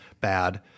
bad